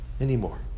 anymore